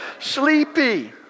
sleepy